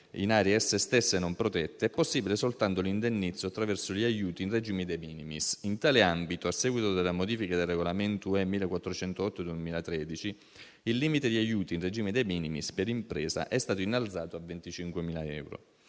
in aree esse stesse non protette, è possibile soltanto un indennizzo attraverso gli aiuti in regime *de minimis*. In tale ambito, a seguito della modifica del regolamento UE 1408/2013, il limite agli aiuti in regime *de minimis* per impresa è stato innalzato a 25.000 euro.